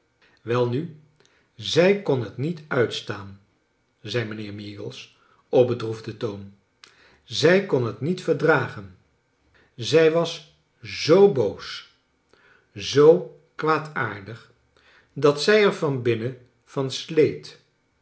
welnu zij kon het niet uitstaaii zei mijnheer meagles op bedroefden toon zij kon het niet verdragen zij was zoo boos zoo kwaadaardig dat zij er van binnen van sleet